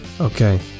Okay